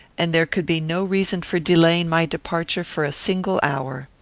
and there could be no reason for delaying my departure for a single hour.